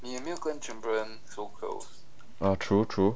uh true true